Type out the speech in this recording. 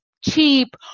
cheap